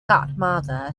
godmother